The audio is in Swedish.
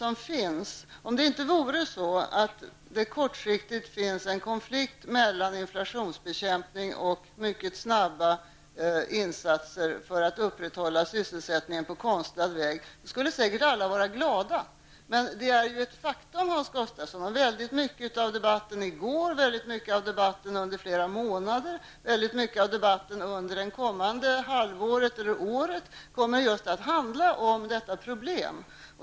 Om det inte vore så att det kortsiktigt råder en konflikt mellan inflationsbekämpning och mycket snabba insatser för att upprätthålla sysselsättningen på konstlad väg, så skulle säkert alla vara glada. Men den konflikten är ju ett faktum, Hans Gustafsson. Mycket av debatten i går och mycket av debatten under flera månader -- och mycket av debatten under det kommande halvåret eller året -- handlar och kommer att handla om just detta problem.